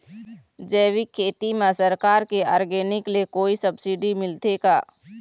जैविक खेती म सरकार के ऑर्गेनिक ले कोई सब्सिडी मिलथे का?